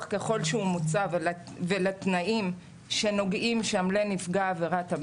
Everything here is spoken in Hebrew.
ככל שהוא מוצא ולתנאים שנוגעים שם לנפגע העבירה,